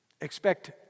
Expect